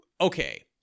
Okay